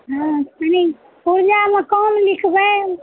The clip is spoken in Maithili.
हॅं कनी पुरजा मे कम लिखबै